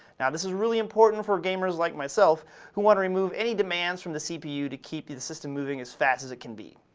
now this is really important for gamers like myself who want to remove any demands from the cpu to keep the system moving as fast as it can be.